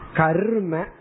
karma